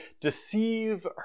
deceive